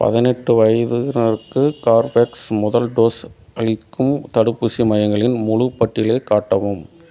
பதினெட்டு வயதினருக்கு கார்பவேக்ஸ் முதல் டோஸ் அளிக்கும் தடுப்பூசி மையங்களின் முழுப் பட்டியலை காட்டவும்